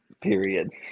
Period